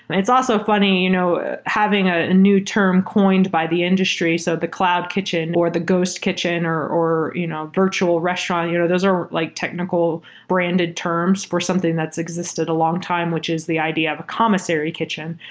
and it's also funny, you know having a a new term coined by the industry, so the cloud kitchen or the ghost kitchen or or you know virtual restaurant. you know those are like technical branded terms for something that's existed a long time, which is the idea of a commissary kitchen,